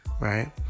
right